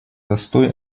застой